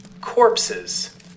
corpses